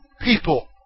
people